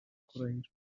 kurahira